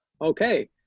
Okay